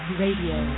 radio